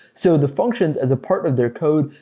so the functions, as a part of their code,